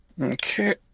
Okay